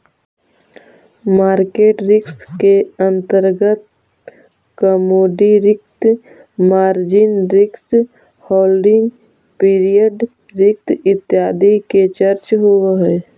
market risk के अंतर्गत commodity risk, margin risk, holding period risk इत्यादि के चर्चा होवऽ हई